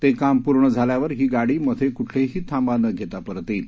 ते काम पूर्ण झाल्यावर ही गाडी मधे कुठेही थांबा न घेता परत येईल